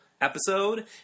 Episode